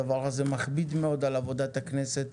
הדבר הזה מכביד מאוד על עבודת הכנסת